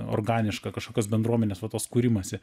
organišką kažkokios bendruomenes va tos kūrimąsi